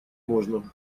можно